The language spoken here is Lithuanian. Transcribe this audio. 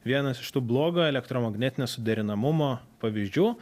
vienas iš tų blogo elektromagnetinio suderinamumo pavyzdžių